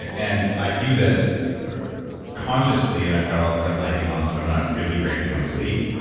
and and i do this consciously, and i've got all the red lighting on so i'm not really breaking my sleep.